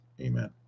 Amen